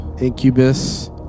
Incubus